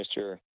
Mr